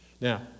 Now